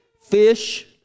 fish